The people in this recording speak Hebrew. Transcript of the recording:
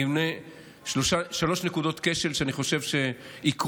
אני אמנה שלוש נקודות כשל שאני חושב שיקרו,